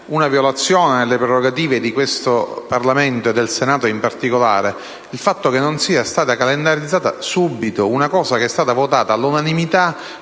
una violazione delle prerogative del Parlamento, e del Senato in particolare, il fatto che non sia stato calendarizzato subito un provvedimento che estato votato all’unanimita